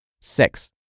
Six